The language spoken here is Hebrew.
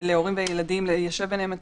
ולהורים וילדים ליישב ביניהם את